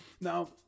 Now